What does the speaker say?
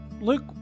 Luke